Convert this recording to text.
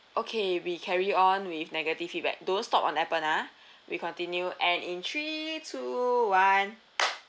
okay we carry on with negative feedback don't stop on appen ah we continue and in three two one